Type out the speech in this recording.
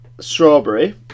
strawberry